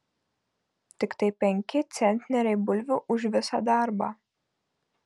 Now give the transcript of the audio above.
tiktai penki centneriai bulvių už visą darbą